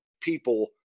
people